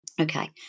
Okay